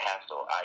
hassle